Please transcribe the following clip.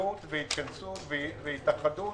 התעלות והתכנסות והתאחדות